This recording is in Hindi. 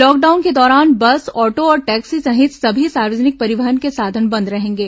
लॉकडाउन के दौरान बस ऑटो और टैक्सी सहित सभी सार्वजनिक परिवहन के साधन बंद रहेगे